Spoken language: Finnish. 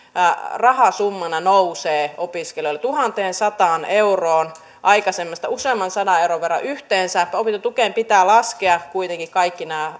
rahasummana nousee opiskelijoilla tuhanteensataan euroon aikaisemmasta useamman sadan euron verran yhteensä opintotukeen pitää laskea kuitenkin kaikki nämä